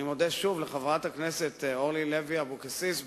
אני מודה שוב לחברת הכנסת אורלי לוי אבקסיס,